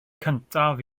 cyntaf